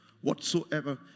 Whatsoever